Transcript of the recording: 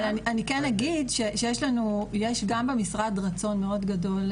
אבל אני כן אגיד שיש גם במשרד רצון מאוד גדול.